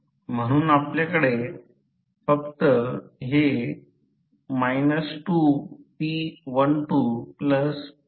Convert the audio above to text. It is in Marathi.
त्या बाबतीत प्राथमिक बाजू समान गोष्ट घेतल्यास प्रतिकार दुय्यम बाजूचा संदर्भ घ्या तो R1 K 2 R2 असेल